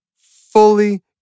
fully